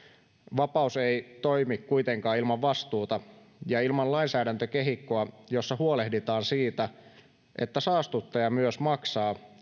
vapaus ei toimi kuitenkaan ilman vastuuta ja ilman lainsäädäntökehikkoa jossa huolehditaan siitä että saastuttaja myös maksaa